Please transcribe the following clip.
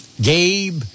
Gabe